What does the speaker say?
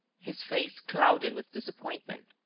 his face clouded with disappointment,